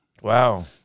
Wow